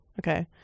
okay